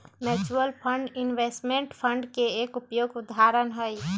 mutual fund investment fund के एक उपयुक्त उदाहरण हई